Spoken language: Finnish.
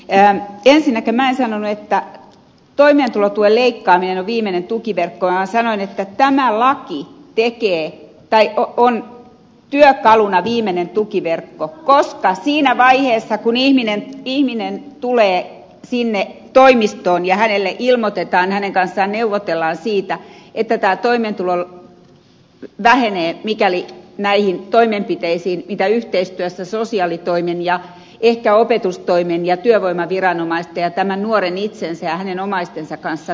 ensinnäkään minä en sanonut että toimeentulotuen leikkaaminen on viimeinen tukiverkko vaan sanoin että tämä laki on työkaluna viimeinen tukiverkko koska siinä vaiheessa kun ihminen tulee sinne toimistoon ja hänelle ilmoitetaan hänen kanssaan neuvotellaan siitä että tämä toimeentulotuki vähenee mikäli näihin toimenpiteisiin ei ryhdytä mitä yhteistyössä sosiaalitoimen ja ehkä opetustoimen ja työvoimaviranomaisten ja tämän nuoren itsensä ja hänen omaistensa kanssa tehdään